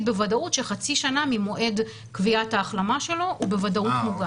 בוודאות שחצי שנה ממועד קביעת ההחלמה שלו הוא בוודאות מוגן.